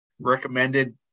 recommended